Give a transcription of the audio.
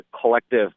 collective